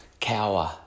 cower